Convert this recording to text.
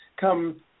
come